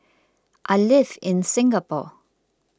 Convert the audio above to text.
I live in Singapore